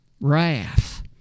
wrath